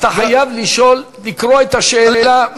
אתה חייב לקרוא את השאלה מהדף.